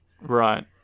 Right